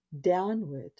downward